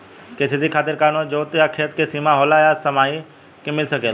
KCC खातिर का कवनो जोत या खेत क सिमा होला या सबही किसान के मिल सकेला?